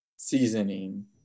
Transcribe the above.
seasoning